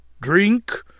Drink